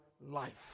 life